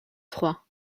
trois